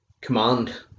command